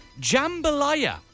Jambalaya